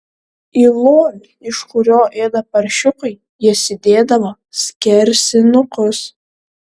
į lovį iš kurio ėda paršiukai jis įdėdavo skersinukus